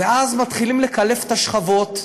ואז מתחילים לקלף את השכבות ומגלים,